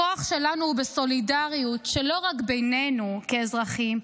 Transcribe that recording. הכוח שלנו הוא בסולידריות לא רק בינינו כאזרחים,